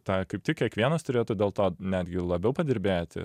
tą kaip tik kiekvienas turėtų dėl to netgi labiau padirbėti